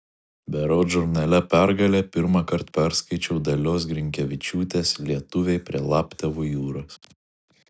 berods žurnale pergalė pirmąkart perskaičiau dalios grinkevičiūtės lietuviai prie laptevų jūros